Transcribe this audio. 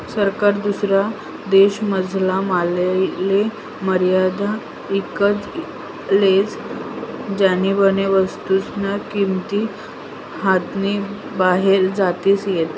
सरकार दुसरा देशमझारला मालले मर्यादामा ईकत लेस ज्यानीबये वस्तूस्न्या किंमती हातनी बाहेर जातीस नैत